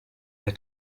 der